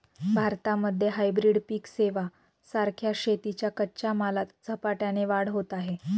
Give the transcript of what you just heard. भारतामध्ये हायब्रीड पिक सेवां सारख्या शेतीच्या कच्च्या मालात झपाट्याने वाढ होत आहे